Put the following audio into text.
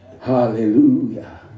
Hallelujah